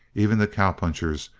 even the cowpunchers,